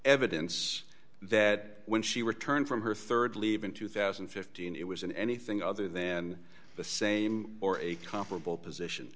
evidence that when she returned from her rd leave in two thousand and fifteen it was in anything other than the same or a comparable position